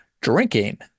drinking